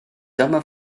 dyma